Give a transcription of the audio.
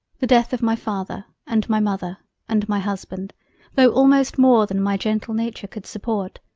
the death of my father and my mother and my husband though almost more than my gentle nature could support,